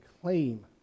claim